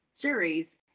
juries